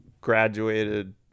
graduated